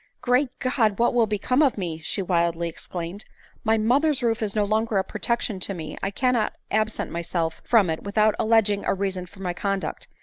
great god! what will become of me! she wildly exclaimed my mother's roof is no longer a protection to me i cannot absent myself from it without alleging a reason for my conduct,